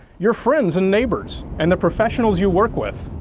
your friends and neighbors, and the professionals you work with.